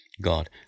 God